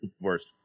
Worst